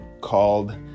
called